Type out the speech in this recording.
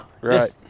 right